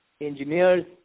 engineers